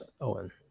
Owen